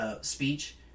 speech